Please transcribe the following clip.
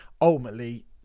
ultimately